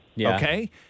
okay